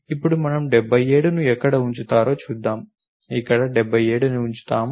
ఇప్పుడు మనం 77ని ఎక్కడ ఉంచుతారో చూద్దాం ఇక్కడ 77ని ఉంచుతాము